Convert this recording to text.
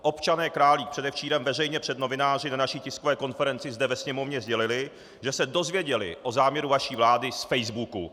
Občané Králík předevčírem veřejně před novináři na naší tiskové konferenci zde ve Sněmovně sdělili, že se dozvěděli o záměru vaší vlády z facebooku!